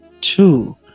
Two